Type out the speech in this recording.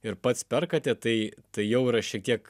ir pats perkate tai tai jau yra šiek tiek